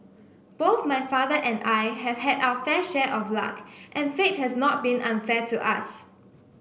both my father and I have had our fair share of luck and fate has not been unfair to us